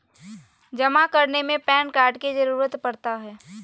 जमा करने में पैन कार्ड की जरूरत पड़ता है?